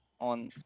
On